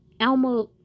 Alma